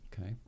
okay